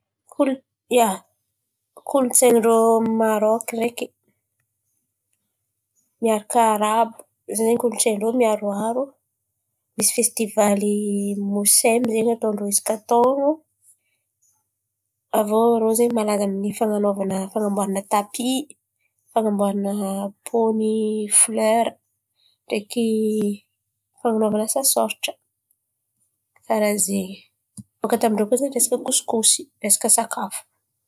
Kolo- ia, kolontsain̈y ndrô Marôky ndreky miaraka Arabo zen̈y kolontsain̈y ndrô miaroaro. Misy festivaly moziny zen̈y atôn-drô isaka taôn̈ô. Avô irô zen̈y malaza amin’ny fan̈anovana, fanamboaran̈a tapia, fanamboaran̈a pôn'ny folera, ndreky fananaovana asa soratra. Karà zen̈y, baka tamin-drô koa zen̈y resaka kôsikosy resaka sakafo.